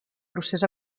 procés